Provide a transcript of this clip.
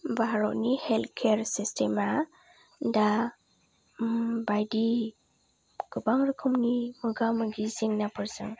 भारतनि हेल्थकेयार सिस्टेमा दा बायदि गोबां रोखोमनि मोगा मोगि जेंनाफोरजों